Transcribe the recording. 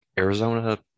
Arizona